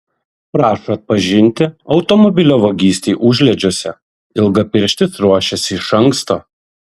prašo atpažinti automobilio vagystei užliedžiuose ilgapirštis ruošėsi iš anksto